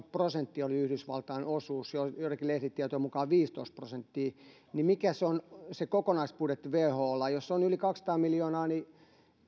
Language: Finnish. prosenttia oli yhdysvaltain osuus joidenkin lehtitietojen mukaan viisitoista prosenttia niin mikä se on se kokonaisbudjetti wholla jos se on yli kaksisataa miljoonaa niin